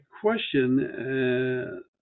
question